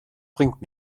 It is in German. bringt